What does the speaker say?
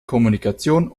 kommunikation